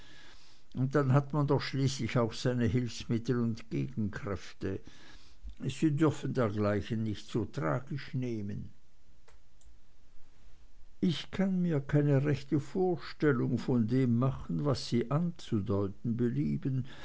und dann hat man doch schließlich auch seine hilfsmittel und gegenkräfte sie dürfen dergleichen nicht zu tragisch nehmen ich kann mir keine rechte vorstellung von dem machen was sie anzudeuten belieben